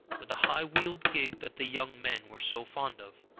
with the high-wheeled gig that the young men were so fond of.